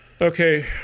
Okay